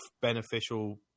beneficial